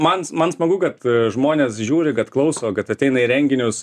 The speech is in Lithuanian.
man man smagu kad žmonės žiūri kad klauso kad ateina į renginius